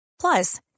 Plus